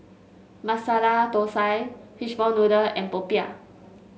Masala Thosai Fishball Noodle and popiah